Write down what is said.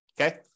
Okay